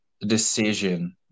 decision